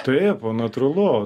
taip natūralu